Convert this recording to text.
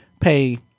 pay